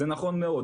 זה נכון מאוד.